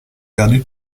perdu